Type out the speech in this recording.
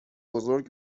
بزرگ